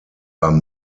beim